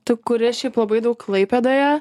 tu kuri šiaip labai daug klaipėdoje